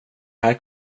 här